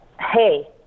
Hey